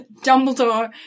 Dumbledore